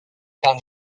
par